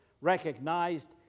recognized